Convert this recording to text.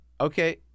okay